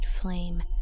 flame